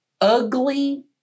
ugly